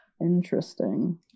interesting